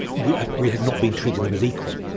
we ah we had not been treating them as equal.